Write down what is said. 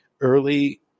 early